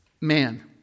man